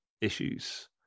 issues